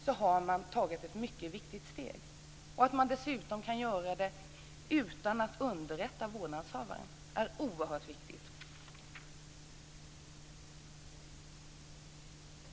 Det innebär ett mycket viktigt steg, och att vårdnadshavaren dessutom inte behöver underrättas är oerhört viktigt.